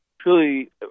truly